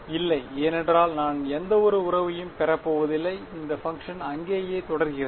இல்லை ஏனென்றால் நான் எந்தவொரு உறவையும் பெறப் போவதில்லை இந்த பங்ஷன் அங்கேயே தொடர்கிறது